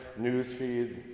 newsfeed